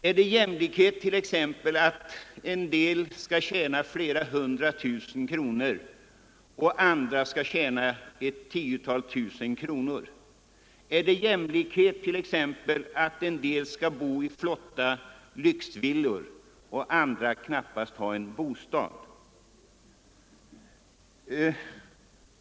Är det t.ex. jämlikhet att en del människor tjänar flera hundra tusen kronor medan andra bara tjänar något tiotal tusen kronor? Eller är det jämlikhet att en del människor bor i flotta lyxvillor och andra knappast har en bostad?